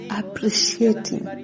appreciating